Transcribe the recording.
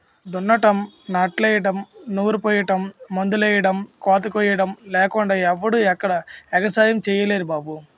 దున్నడం, నాట్లెయ్యడం, నారుపొయ్యడం, మందులెయ్యడం, కోతకొయ్యడం లేకుండా ఎవడూ ఎక్కడా ఎగసాయం సెయ్యలేరు బాబూ